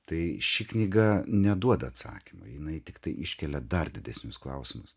tai ši knyga neduoda atsakymo jinai tiktai iškelia dar didesnius klausimus